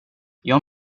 jag